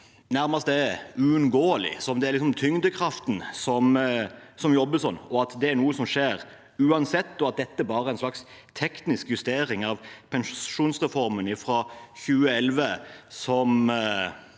nærmest er uunngåelig, som om det liksom er tyngdekraften som jobber sånn, og at det er noe som skjer uansett, og at dette bare er en slags teknisk justering av pensjonsreformen fra 2011, som